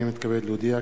אני מתכבד להודיע,